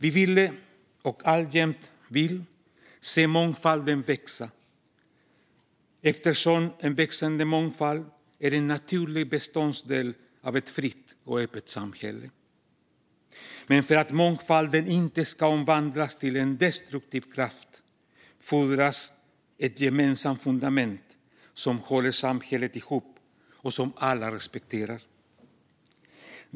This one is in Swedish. Vi ville, och vill alltjämt, se mångfalden växa, eftersom en växande mångfald är en naturlig beståndsdel i ett fritt och öppet samhälle. Men för att mångfalden inte ska omvandlas till en destruktiv kraft fordras ett gemensamt fundament som håller ihop samhället och som alla respekterar.